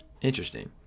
Interesting